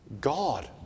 God